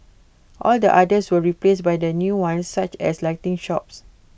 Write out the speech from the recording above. all the others were replaced by the new ones such as lighting shops